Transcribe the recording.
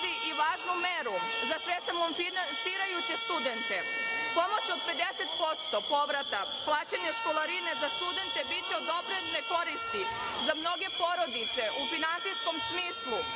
i važnu meru za sve samofinasirajuće studente. Pomoć od 50% povrata, plaćanje školarine za studente, biće od ogromne koristi za mnoge porodice u finansijskom smislu,